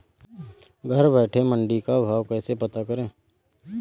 घर बैठे मंडी का भाव कैसे पता करें?